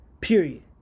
period